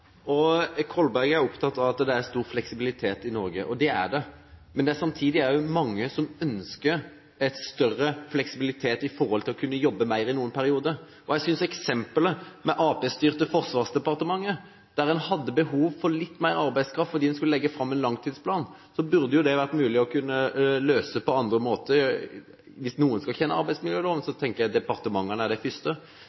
er stor fleksibilitet i Norge. Det er det, men det er samtidig også mange som ønsker større fleksibilitet når det gjelder å kunne jobbe mer i noen perioder. Jeg synes eksemplet med det arbeiderpartistyrte Forsvarsdepartementet, der en hadde behov for litt mer arbeidskraft fordi man skulle legge fram en langtidsplan, burde vært mulig å løse på andre måter. Hvis noen skal kjenne arbeidsmiljøloven, så tenker jeg departementene er de første. Men bruddene alene er ikke nok selv om loven brytes hundretusenvis av ganger, men behovene er så